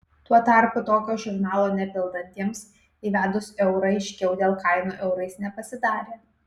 tuo tarpu tokio žurnalo nepildantiems įvedus eurą aiškiau dėl kainų eurais nepasidarė